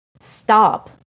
stop